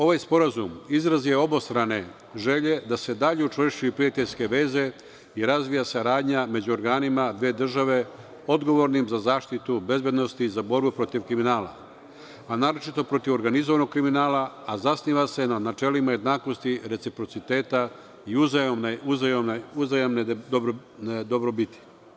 Ovaj sporazum, izraz je obostrane želje da se dalje učvršćuju prijateljske veze i razvija saradnja među organima dve države odgovornim za zaštitu bezbednosti za borbu protiv kriminala, a naročito protiv organizovanog kriminala a zasniva se na načelima jednakosti, reciprociteta i uzajamne dobrobiti.